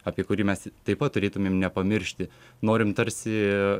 apie kurį mes taip pat turėtumėm nepamiršti norim tarsi